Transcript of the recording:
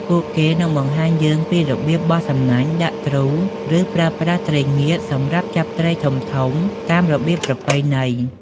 ពួកគេនឹងបង្ហាញយើងពីរបៀបបោះសំណាញ់ ដាក់ទ្រូ ឬប្រើប្រាស់ត្រីងៀតសម្រាប់ចាប់ត្រីធំៗតាមរបៀបប្រពៃណី។